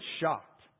shocked